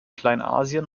kleinasien